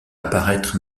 apparaître